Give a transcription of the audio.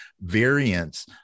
variants